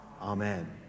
Amen